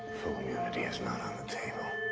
full immunity is not on the table.